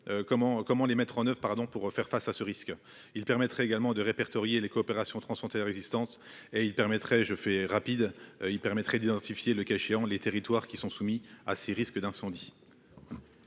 comment les mettre en oeuvre pardon pour faire face à ce risque, il permettrait également de répertorier les coopérations transfrontalières existantes et il permettrait je fais rapide il permettrait d'identifier le cas échéant les territoires qui sont soumis à ces risques d'incendie.